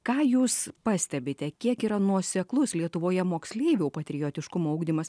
ką jūs pastebite kiek yra nuoseklus lietuvoje moksleivių patriotiškumo ugdymas